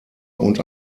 und